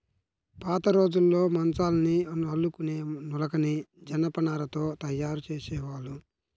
పాతరోజుల్లో మంచాల్ని అల్లుకునే నులకని జనపనారతో తయ్యారు జేసేవాళ్ళు